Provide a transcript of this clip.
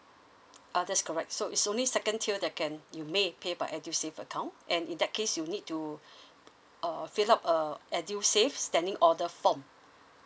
uh that's correct so is only second tier that can you may pay by edusave account and in that case you need to uh fill up a edusave standing order form